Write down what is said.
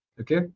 Okay